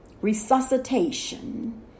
Resuscitation